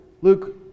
Luke